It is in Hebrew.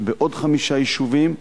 בעוד חמישה יישובים.